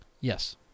Yes